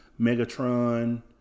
Megatron